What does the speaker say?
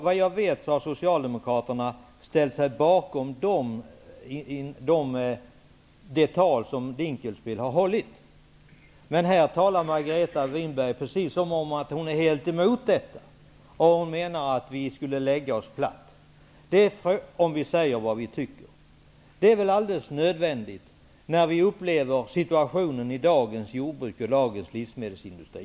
Vad jag vet har Socialdemokraterna ställt sig bakom det tal som Ulf Dinkelspiel har hållit. Men Margareta Winberg talar precis som om hon helt är emot detta. Hon menar att vi skulle lägga oss platt om vi säger vad vi tycker. Det är väl nödvändigt när vi upplever situationen i dagens jordbruk och livsmedelsindustri.